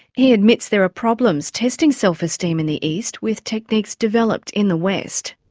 he admits there are problems testing self-esteem in the east with techniques developed in the west.